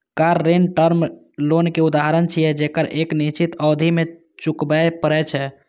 car ऋण term loan के उदाहरण छियै, जेकरा एक निश्चित अवधि मे चुकबै पड़ै छै